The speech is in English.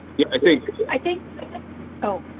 yeah, i think, i think oh,